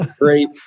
Great